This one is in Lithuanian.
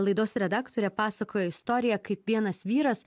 laidos redaktorė pasakojo istoriją kaip vienas vyras